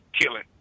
killing